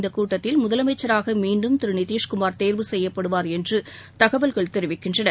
இந்தக் கூட்டத்தில் முதலமைச்சராக மீண்டும் திரு நிதிஷ்குமார் தேர்வு செய்யப்படுவார் என்று தகவல்கள் தெரிவிக்கின்றன